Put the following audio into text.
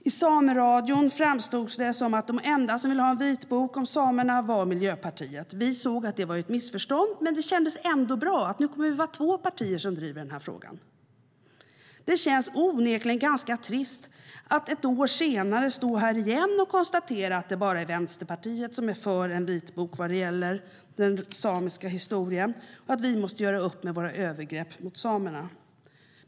I Sameradion framstod det som att de enda som ville ha en vitbok om samerna var Miljöpartiet. Vi såg att det var ett missförstånd, men det kändes ändå bra att vi skulle vara två partier som drev frågan. Det känns onekligen ganska trist att ett år senare stå här igen och konstatera att det bara är Vänsterpartiet som är för en vitbok vad gäller den samiska historien och att vi måste göra upp med våra övergrepp mot samerna.